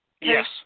Yes